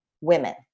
Women